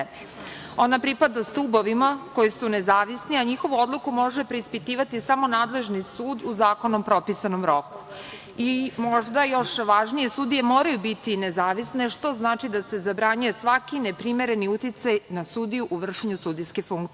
Ona pripada stubovima koji su nezavisni, a njihovu odluku može preispitivati samo nadležni sud u zakonom propisanom roku i možda još važnije, sudije moraju biti nezavisne što znači da se zabranjuje svaki neprimereni uticaj na sudiju u vršenju sudijske funkcije. Ustavna